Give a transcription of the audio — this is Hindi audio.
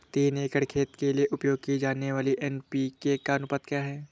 तीन एकड़ खेत के लिए उपयोग की जाने वाली एन.पी.के का अनुपात क्या है?